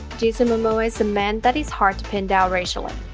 jason momoa is a man that is hard to pin down racially.